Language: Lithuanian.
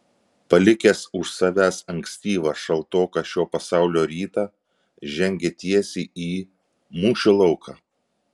palikęs už savęs ankstyvą šaltoką šio pasaulio rytą žengė tiesiai į mūšio lauką